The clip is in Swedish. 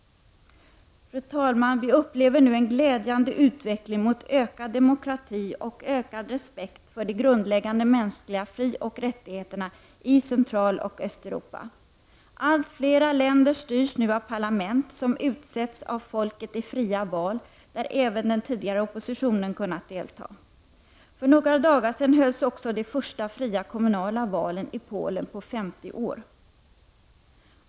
Fru talman! Vi upplever nu en glädjande utveckling mot ökad demokrati och ökad respekt för de grundläggande mänskliga frioch rättigheterna i Centraloch Östeuropa. Allt flera länder styrs nu av parlament, som utsetts av folket i fria val, där även den tidigare oppositionen kunnat delta. För några dagar sedan hölls också de första fria kommunala valen i Polen, på 50 år.